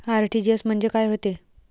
RTGS म्हंजे काय होते?